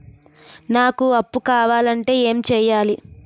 నాకు అప్పు కావాలి అంటే ఎం చేయాలి?